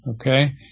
Okay